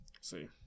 see